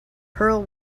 pearl